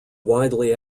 widely